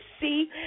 see